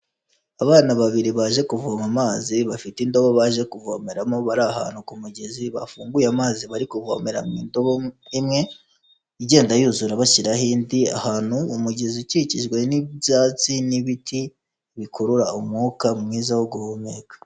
Abana babiri baje kuvoma amazi, bafite indobo baje kuvomeramo bari ahantu ku mugezi bafunguye amazi bari kuvomeramo indobo imwe, igenda yuzura bashyiraho indi, ahantu umugezi ukikijwe n'ibyatsi n'ibiti bikurura umwuka mwiza wo guhumeka.